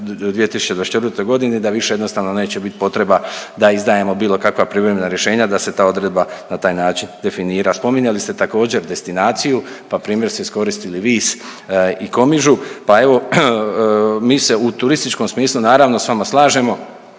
2024. g. da više jednostavno neće biti potreba da izdajemo bilo kakva privremena rješenja da se ta odredba na taj način definira. Spominjali ste, također, destinaciju pa primjer ste iskoristili Vis i Komižu, pa evo, mi se u turističkom smislu, naravno, s vama slažemo.